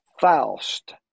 Faust